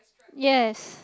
yes